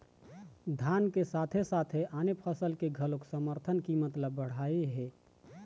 धान के साथे साथे आने फसल के घलोक समरथन कीमत ल बड़हाए हे